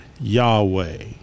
Yahweh